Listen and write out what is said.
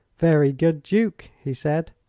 very good, duke, he said.